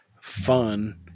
fun